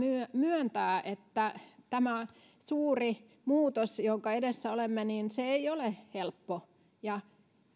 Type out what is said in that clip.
myöntää että tämä suuri muutos jonka edessä olemme ei ole helppo